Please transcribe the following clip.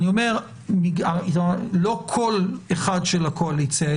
אני אומר לא קול אחד של הקואליציה,